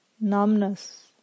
numbness